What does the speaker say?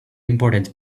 important